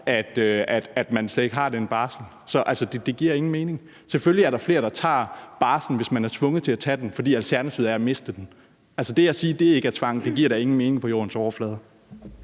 at man slet ikke har den barsel. Så altså, det giver ingen mening. Selvfølgelig er der flere, der tager barslen, hvis man er tvunget til at tage den, fordi alternativet er at miste den. Det at sige, at det ikke er tvang, giver da ingen mening på Jordens overflade.